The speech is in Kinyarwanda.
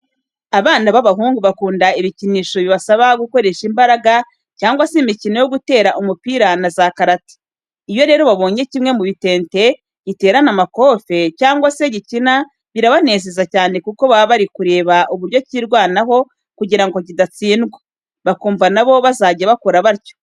Abana b'abahungu bakunda ibikinisho bibasaba gukoresha imbaraga cyangwa se imikino yo gutera umupira na za karate, iyo rero babonye kimwe mu bitente giterana amakofe cyangwa se gikina birabanezeza cyane kuko baba bari kureba uburyo cyirwanaho kugira ngo kidatsindwa, bakumva na bo bazajya bakora batyo.